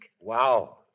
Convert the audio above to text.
Wow